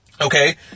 okay